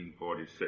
1946